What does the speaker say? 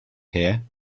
here